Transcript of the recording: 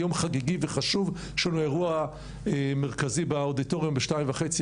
יום חגיגי וחשוב שיש לנו אירוע מרכזי באודיטוריום בשנתיים וחצי,